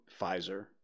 Pfizer